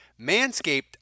Manscaped